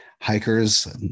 hikers